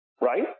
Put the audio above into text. right